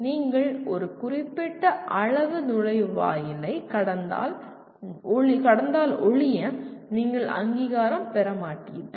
நீங்கள் ஒரு குறிப்பிட்ட அளவு நுழைவாயிலைக் கடந்தால் ஒழிய நீங்கள் அங்கீகாரம் பெற மாட்டீர்கள்